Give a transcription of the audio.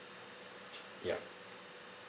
yup